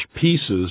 pieces